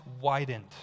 widened